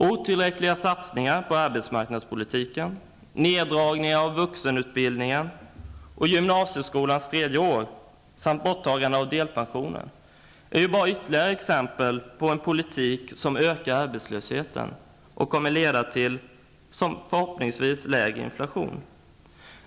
Otillräckliga satsningar på arbetsmarknadspolitiken, neddragning av vuxenutbildning och gymnasieskolans tredje år samt borttagandet av delpensionen är bara ytterligare exempel på en politik som ökar arbetslösheten, vilket förhoppningsvis kommer att leda till lägre inflation.